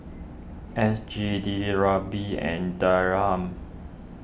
S G D and Dirham